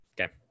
Okay